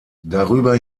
darüber